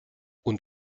und